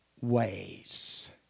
ways